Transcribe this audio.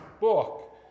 book